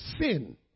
sin